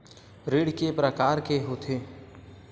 ऋण के प्रकार के होथे?